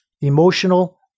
Emotional